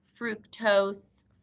fructose